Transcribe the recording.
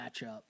matchup